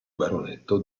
baronetto